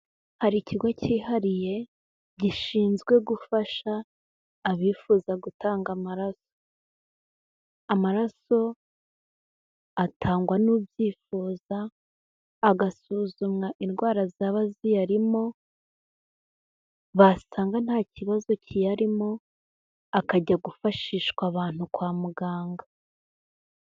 Hari ikigo cyihariye gishinzwe gufasha abifuza gutanga amaraso, amaraso atangwa n'ubyifuza, agasuzumwa indwara zaba ziyarimo, basanga ntakibazo kiyarimo, akajya gufashishwa abantu kwa muganga.